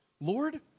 Lord